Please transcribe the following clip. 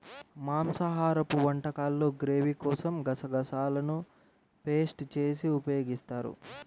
మాంసాహరపు వంటకాల్లో గ్రేవీ కోసం గసగసాలను పేస్ట్ చేసి ఉపయోగిస్తారు